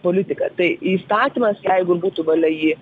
politika tai įstatymas jeigu būtų valia jį